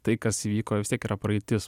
tai kas įvyko vis tiek yra praeitis